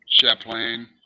Chaplain